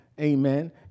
Amen